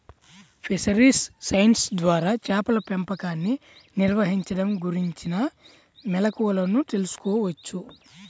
fisheries science ద్వారా చేపల పెంపకాన్ని నిర్వహించడం గురించిన మెళుకువలను తెల్సుకోవచ్చు